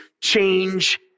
change